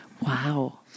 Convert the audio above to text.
Wow